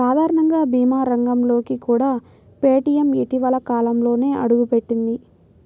సాధారణ భీమా రంగంలోకి కూడా పేటీఎం ఇటీవలి కాలంలోనే అడుగుపెట్టింది